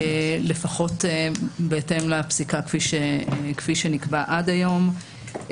לפחות בהתאם לפסיקה כפי שנקבע עד היום.